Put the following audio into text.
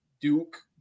Duke